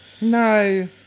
no